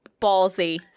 Ballsy